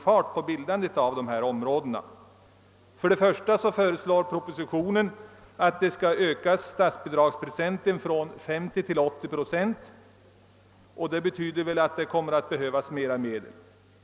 För det första föreslås i propositionen att statsbidragsprocenten skall ökas från 50 till 80 procent. Det betyder att det kommer att behövas ytterligare medel.